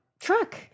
truck